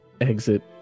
exit